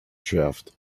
shaft